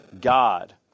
God